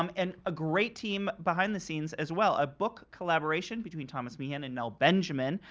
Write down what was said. um and a great team behind the scenes as well a book collaboration between thomas meehan and nell benjamin.